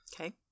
Okay